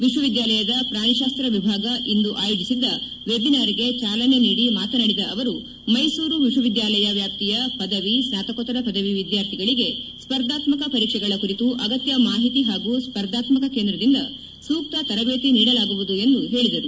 ವಿಶ್ವವಿದ್ಯಾಲಯದ ಪ್ರಾಣಿಶಾಸ್ತ್ರ ವಿಭಾಗ ಇಂದು ಅಯೋಜಿಸಿದ್ದ ವೆಬಿನಾರ್ಗೆ ಚಾಲನೆ ನೀಡಿ ಮಾತನಾಡಿದ ಅವರು ಮೈಸೂರು ವಿಶ್ವವಿದ್ಯಾಲಯ ವ್ಯಾಪ್ತಿಯ ಪದವಿ ಸ್ನಾತಕೋತ್ತರ ಪದವಿ ವಿದ್ಯಾರ್ಥಿಗಳಿಗೆ ಸ್ಪರ್ಧಾತ್ಮಕ ಪರೀಕ್ಷೆಗಳ ಕುರಿತು ಅಗತ್ಯ ಮಾಹಿತಿ ಹಾಗೂ ಸ್ಪರ್ಧಾತ್ಮಕ ಕೇಂದ್ರದಿಂದ ಸೂಕ ತರಬೇತಿ ನೀಡಲಾಗುವುದು ಎಂದು ಹೇಳಿದರು